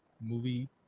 movie